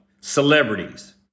celebrities